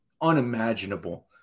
unimaginable